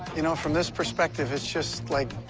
you know, from this perspective, it's just, like,